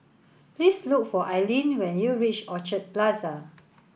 please look for Aileen when you reach Orchard Plaza